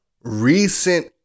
recent